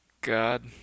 God